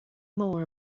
more